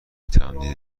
تمدید